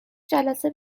جلسه